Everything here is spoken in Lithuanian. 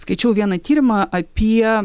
skaičiau vieną tyrimą apie